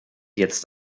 jetzt